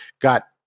got